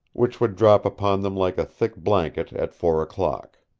which would drop upon them like a thick blanket at four o'clock.